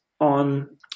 on